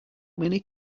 many